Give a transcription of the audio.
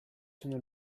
sono